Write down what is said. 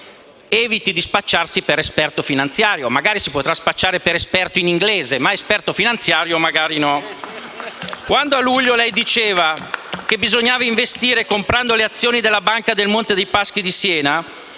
eviti di spacciarsi per esperto finanziario. Magari si potrà spacciare per esperto in inglese, ma non per esperto finanziario. *(Applausi dal Gruppo LN-Aut)*. A luglio lei diceva che bisognava investire comprando le azioni della banca Monte dei Paschi di Siena,